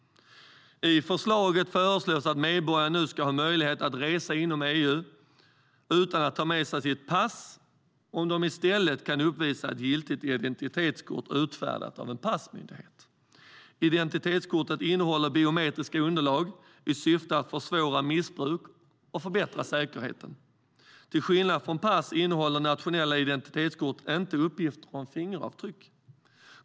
Det föreslås att medborgare nu ska ha möjlighet att resa inom EU utan att ta med sig sitt pass om de i stället kan uppvisa ett giltigt identitetskort utfärdat av en passmyndighet. Identitetskortet innehåller biometriska underlag i syfte att försvåra missbruk och förbättra säkerheten. Till skillnad från pass innehåller nationella identitetskort inte uppgifter om fingeravtryck.